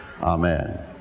Amen